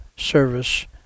Service